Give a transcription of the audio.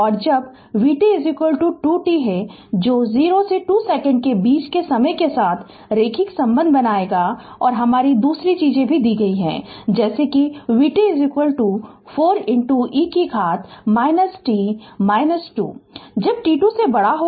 और जब vt 2 t जो 0 से 2 सेकंड के बीच के समय के साथ रैखिक संबंध बनाएगा और हमारी दूसरी चीज दी जाती है कि vt 4 e घात t 2 जब t 2 से बड़ा हो